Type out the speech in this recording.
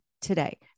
today